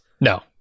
No